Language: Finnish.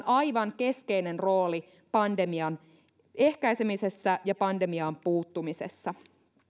aivan keskeinen rooli pandemian ehkäisemisessä ja pandemiaan puuttumisessa